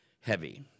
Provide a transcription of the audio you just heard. heavy